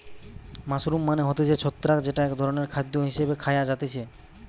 mushroom মানে হতিছে ছত্রাক যেটা এক ধরণের খাদ্য হিসেবে খায়া হতিছে